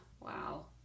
Wow